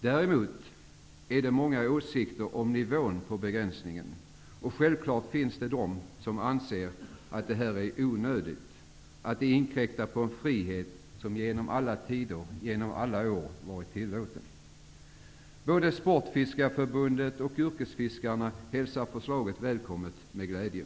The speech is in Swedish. Däremot finns det många åsikter om nivån på begränsningen, och självfallet finns det de som anser att det är onödigt, att det inkräktar på en frihet som har funnits genom alla tider och genom alla år. Både Sportfiskarförbundet och Yrkesfiskarna hälsar förslaget med glädje.